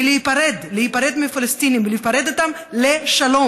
ולהיפרד, להיפרד מהפלסטינים לשלום,